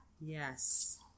yes